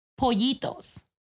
pollitos